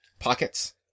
Pockets